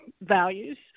values